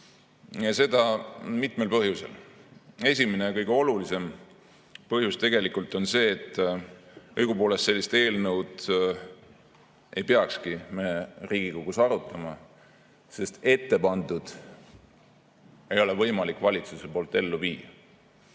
ja seda mitmel põhjusel. Esimene ja kõige olulisem põhjus on see, et õigupoolest sellist eelnõu ei peakski me Riigikogus arutama, sest valitsusel ei ole võimalik ettepandut ellu viia.